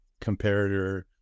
comparator